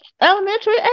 Elementary